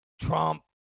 Trump